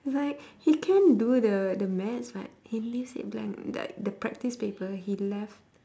like he can do the the maths but he leaves it blank like the practice paper he left